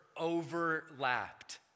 overlapped